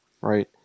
right